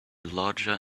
larger